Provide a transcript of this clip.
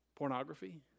Pornography